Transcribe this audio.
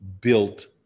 built